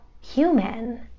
human